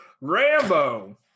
Rambo